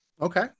Okay